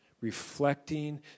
reflecting